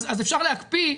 אפשר להקפיא,